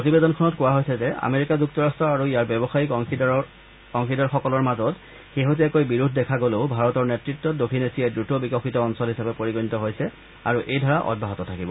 প্ৰতিবেদনখনত কোৱা হৈছে যে আমেৰিকা যুক্তৰাট্ট আৰু ইয়াৰ ব্যৱসায়িক অংশীদাৰৰ সকলৰ মাজত শেহতীয়াকৈ বিৰোধ দেখা গলেও ভাৰতৰ নেতৃত্ত দক্ষিণ এছিয়াই দ্ৰত বিকশিত অঞ্চল হিচাপে পৰিগণিত হৈছে আৰু এই ধাৰা অব্যাহত থাকিব